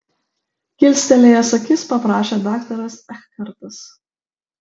kilstelėjęs akis paprašė daktaras ekhartas